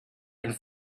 and